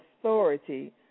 authority